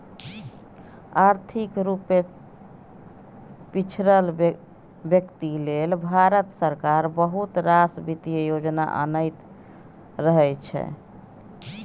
आर्थिक रुपे पिछरल बेकती लेल भारत सरकार बहुत रास बित्तीय योजना अनैत रहै छै